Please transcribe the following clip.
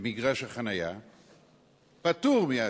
במגרש החנייה פטור מהתשלום,